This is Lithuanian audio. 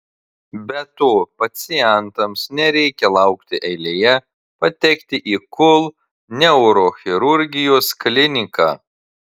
be to pacientams nereikia laukti eilėje patekti į kul neurochirurgijos kliniką